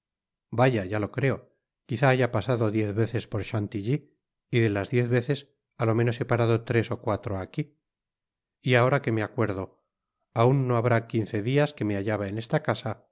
i ya lo creo quizá haya pasado diez veces por chantilly y de las diez veces á lo menos he parado tres ó cuatro aqui y ahora que me acuerdo i aun no habrá quince dias que me hallaba en esta casa